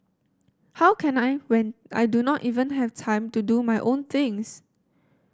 how can I when I do not even have time to do my own things